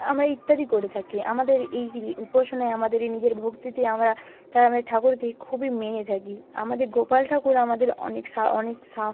আমরা ইত্যাদি করে থাকি আমাদের এই উপাসনায় আমাদের এই নিজের ভক্তিতে আমরা তাই আমাদের ঠাকুরকে খুবই মেনে থাকি আমাদের গোপাল ঠাকুর আমাদের অনেক সা অনেক সা